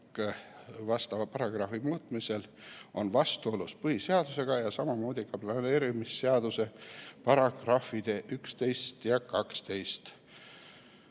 vastava paragrahvi muutmiseks on vastuolus põhiseadusega ning samamoodi planeerimisseaduse §-dega 11 ja 12.